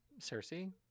Cersei